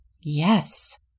Yes